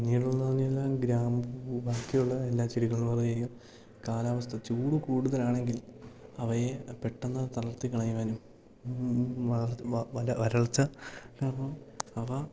പിന്നീടുള്ളതെന്ന് പറഞ്ഞാൽ ഗ്രാമ്പൂ ബാക്കിയുള്ള എല്ലാ ചെടികളെയും കാലാവസ്ഥ ചൂട് കൂടുതലാണെങ്കിൽ അവയെ പെട്ടെന്ന് തളർത്തി കളയുവാനും വര വരൾച്ച കാരണം അവ